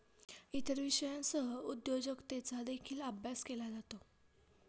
इतर विषयांसह उद्योजकतेचा देखील अभ्यास केला जातो